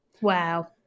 Wow